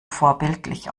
vorbildlich